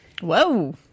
Whoa